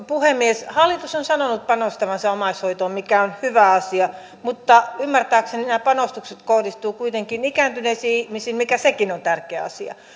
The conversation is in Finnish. puhemies hallitus on sanonut panostavansa omaishoitoon mikä on hyvä asia mutta ymmärtääkseni nämä panostukset kohdistuvat kuitenkin ikääntyneisiin ihmisiin mikä sekin on tärkeä asia